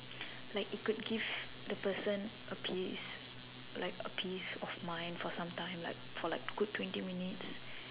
like it could give the person a peace like a peace of mind for sometime like for like good twenty minutes